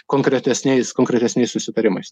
konkretesniais konkretesniais susitarimais